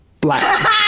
black